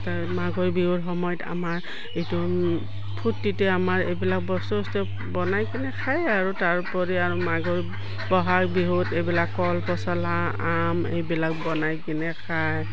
মাঘৰ বিহুৰ সময়ত আমাৰ এইটো ফূৰ্তিতে আমাৰ এইবিলাক বস্তু বস্তু বনাই কিনে খায় আৰু তাৰোপৰি আৰু মাঘৰ বহাগ বিহুত এইবিলাক কল পচলা আম এইবিলাক বনাই কিনে খায়